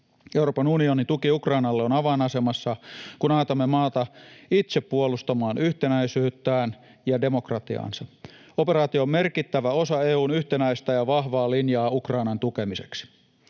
Euroopan unionin tuki Ukrainalle on avainasemassa, kun autamme maata itse puolustamaan itsenäisyyttään ja demokratiaansa. Operaatio on merkittävä osa EU:n yhtenäistä ja vahvaa linjaa Ukrainan tukemiseksi.